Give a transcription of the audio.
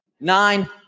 nine